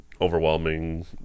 overwhelming